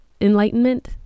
enlightenment